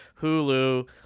hulu